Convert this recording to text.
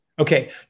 Okay